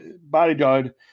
bodyguard